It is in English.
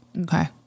Okay